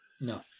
No